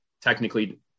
technically